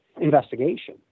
investigation